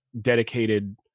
dedicated